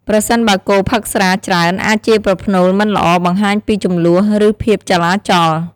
ប្រសិនបើគោផឹក ស្រា ច្រើន អាចជាប្រផ្នូលមិនល្អ បង្ហាញពីជម្លោះ ឬភាពចលាចល។